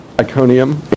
Iconium